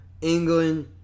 England